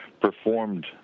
performed